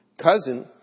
cousin